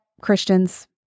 Christians